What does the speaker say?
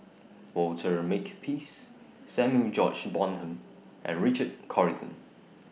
Walter Makepeace Samuel George Bonham and Richard Corridon